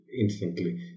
instantly